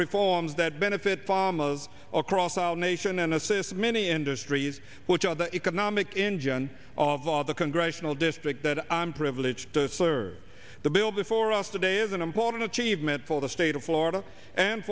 reforms that benefit farm of across our nation and assist many industries which are the economic engine of all the congressional district that i'm privileged to serve the bill before us today is an important achievement for the state of florida and